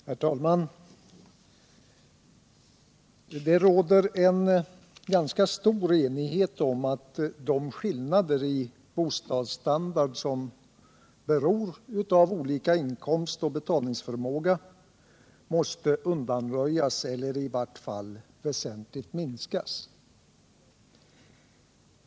Herr talman! Det råder en ganska stor enighet om att de skillnader i bostadsstandard som beror på olika inkomst och betalningsförmåga måste undanröjas eller i vart fall väsentligt minskas.